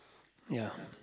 ya